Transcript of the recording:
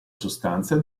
sostanza